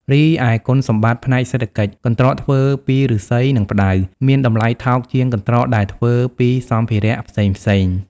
រីឯគុណសម្បត្តិផ្នែកសេដ្ឋកិច្ច កន្ត្រកធ្វើពីឫស្សី និងផ្តៅមានតម្លៃថោកជាងកន្ត្រកដែលធ្វើពីសម្ភារៈផ្សេងៗ។